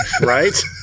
Right